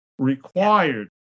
Required